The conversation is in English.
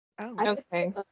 Okay